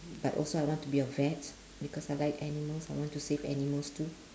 but also I want to be a vet because I like animals I want to save animals too